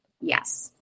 Yes